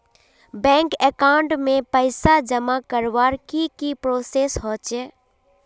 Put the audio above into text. Bank account में पैसा जमा करवार की की प्रोसेस होचे?